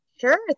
Sure